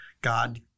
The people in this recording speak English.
God